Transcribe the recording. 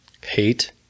hate